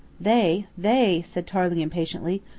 they, they? said tarling impatiently.